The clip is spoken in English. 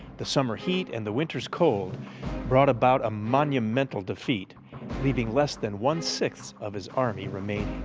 the summer heat and the winter's cold brought about a monumental defeat leaving less than one sixth of his army remaining.